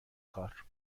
کار